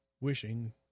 wishing